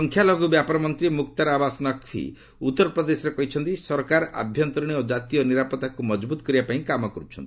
ସଂଖ୍ୟା ଲଘୁ ବ୍ୟାପାର ମନ୍ତ୍ରୀ ମୁକ୍ତାର ଆବାସ୍ ନକ୍ବି ଉତ୍ତରପ୍ରଦେଶରେ କହିଛନ୍ତି ସରକାର ଆଭ୍ୟନ୍ତରୀଣ ଓ ଜାତୀୟ ନିରାପତ୍ତାକୁ ମଜବୁତ କରିବା ପାଇଁ କାମ କରୁଛନ୍ତି